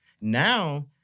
Now